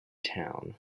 town